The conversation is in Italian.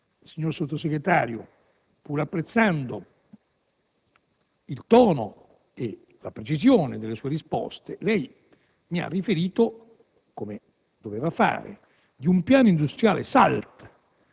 signor Sottosegretario, pur apprezzando il tono e la precisione delle sue risposte, lei ha riferito - come doveva fare - di un piano industriale e